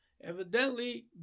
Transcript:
Evidently